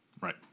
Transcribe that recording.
Right